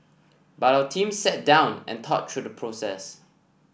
but our team sat down and thought through the process